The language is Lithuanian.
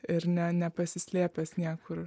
ir nepasislėpęs niekur